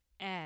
add